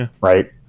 right